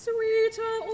Sweeter